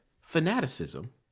fanaticism